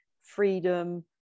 freedom